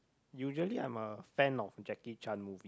usually I'm a fan of the Jackie-Chan movie